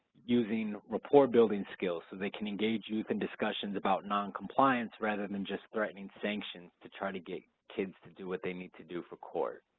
using rapport-building skills so they can engage youth in discussions about noncompliance rather than just threatening sanction to try to get kids to do what they need to do for court.